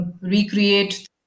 recreate